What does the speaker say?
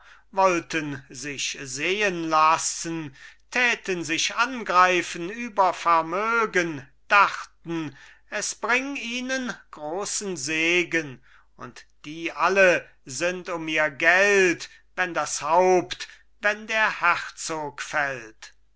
wollten sich sehen lassen täten sich angreifen über vermögen dachten es bring ihnen großen segen und die alle sind um ihr geld wenn das haupt wenn der herzog fällt